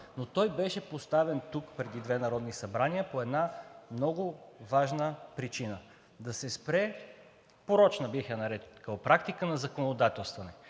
Но той беше поставен тук преди две народни събрания по една много важна причина – да се спре порочна, бих я нарекъл, практика на законодателстване.